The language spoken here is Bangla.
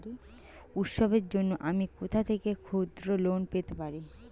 উৎসবের জন্য আমি কোথা থেকে ক্ষুদ্র লোন পেতে পারি?